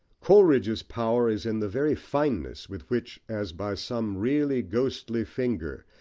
coleridge's power is in the very fineness with which, as by some really ghostly finger,